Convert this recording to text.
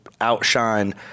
outshine